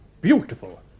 Beautiful